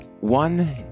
One